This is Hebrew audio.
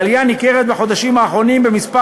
העלייה הניכרת בחודשים האחרונים במספר